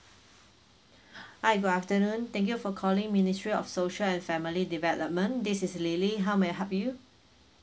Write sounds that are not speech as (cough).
(breath) hi good afternoon thank you for calling ministry of social and family development this is lily how may I help you